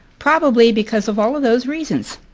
probably because of all of those reasons.